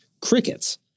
crickets